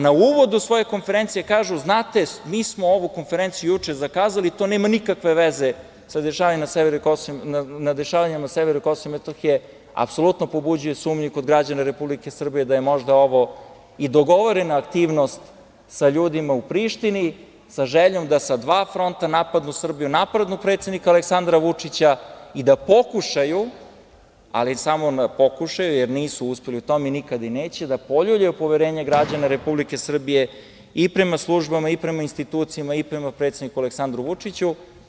Na uvodu svoje konferencije kažu – znate, mi smo ovu konferenciju juče zakazali, to nema nikakve veze sa dešavanjima na severu Kosova i Metohije, apsolutno pobuđuje sumnju i kod građana Republike Srbije da je možda ovo i dogovorena aktivnost sa ljudima u Prištini, sa željom da sa dva fronta napadnu Srbiju, napadnu predsednika Aleksandra Vučića i da pokušaju, ali samo na pokušaju, jer nisu uspeli u tome i nikada neće, da poljuljaju poverenje građana Republike Srbije i prema službama i prema institucijama i prema predsedniku Aleksandru Vučiću.